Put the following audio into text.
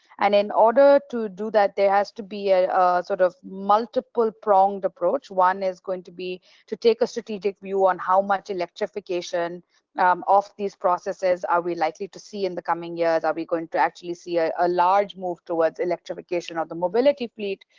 and in order to do that there has to be a sort of multiple pronged approach. one is going to be to take a strategic view on how much electrification electrification of these processes are we likely to see in the coming years? are we going to actually see ah a large move towards electrification of the mobility fleet,